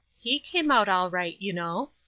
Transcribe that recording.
he came out all right, you know.